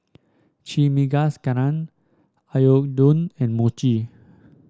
Chimichangas Oyakodon and Mochi